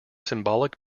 symbolic